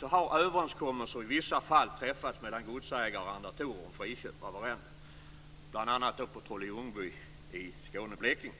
har överenskommelser i vissa fall träffats mellan godsägare och arrendatorer om friköp av arrenden, bl.a. på godset Trolle-Ljungby i Skåne och Blekinge.